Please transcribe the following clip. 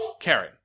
Karen